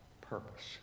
purpose